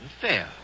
fair